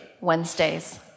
Wednesdays